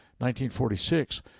1946